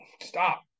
stop